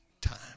time